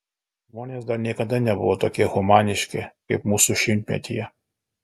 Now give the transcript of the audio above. žmonės dar niekada nebuvo tokie humaniški kaip mūsų šimtmetyje